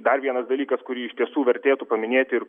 dar vienas dalykas kurį iš tiesų vertėtų paminėti ir